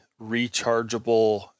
rechargeable